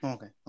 Okay